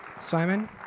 Simon